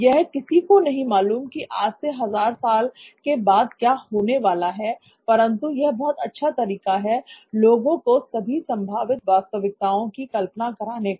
यह किसी को नहीं मालूम की आज से हजार साल के बाद क्या होने वाला है परंतु यह बहुत अच्छा तरीका है लोगों को सभी संभावित वास्तविकताओं की कल्पना कराने का